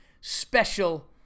special